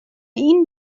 این